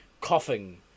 coughing